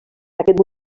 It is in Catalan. aquest